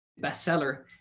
Bestseller